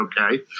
Okay